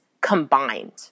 combined